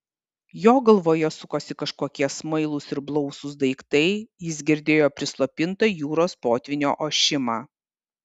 jo galvoje sukosi kažkokie smailūs ir blausūs daiktai jis girdėjo prislopintą jūros potvynio ošimą